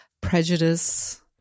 prejudice